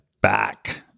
back